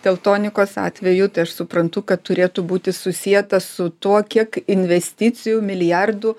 teltonikos atveju tai aš suprantu kad turėtų būti susieta su tuo kiek investicijų milijardų